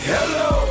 Hello